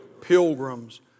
Pilgrims